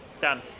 Done